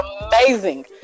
amazing